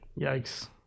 Yikes